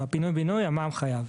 בפינוי בינוי המע"מ חייב.